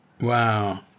Wow